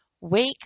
Wake